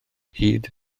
hyd